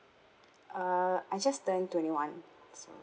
uh I just turned twenty one so